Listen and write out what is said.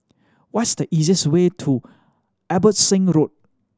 what's the easiest way to Abbotsingh Road